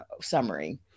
summary